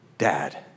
dad